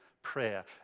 prayer